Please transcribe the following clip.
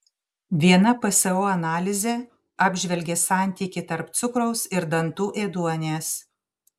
viena pso analizė apžvelgė santykį tarp cukraus ir dantų ėduonies